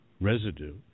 residue